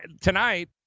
tonight